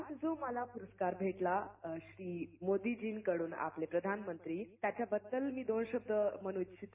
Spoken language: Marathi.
आज इथं मला जो पुरस्कार भेटला श्री मोदींजींकडून आपले प्रधानमंत्री त्याच्याबल मी दोन शब्द बोलू इच्छिते